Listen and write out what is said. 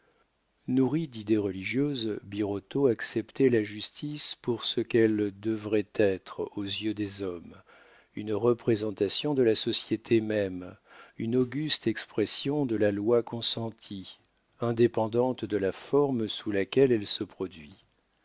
nourri d'idées religieuses birotteau acceptait la justice pour ce qu'elle devrait être aux yeux des hommes une représentation de la société même une auguste expression de la loi consentie indépendante de la forme sous laquelle elle se produit